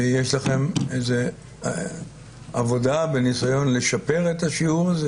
ויש לכם איזה עבודה בניסיון לשפר את השיעור הזה?